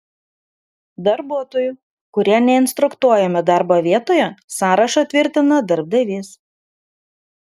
darbuotojų kurie neinstruktuojami darbo vietoje sąrašą tvirtina darbdavys